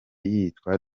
yitwa